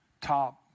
top